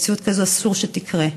מציאות כזאת אסור שתקרה,